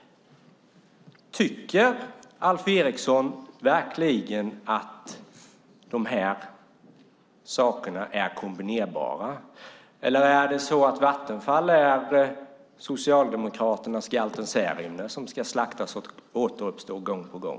Tycker Alf Eriksson verkligen att detta är kombinerbart eller är Vattenfall Socialdemokraternas galten Särimner som ska slaktas och återuppstå gång på gång?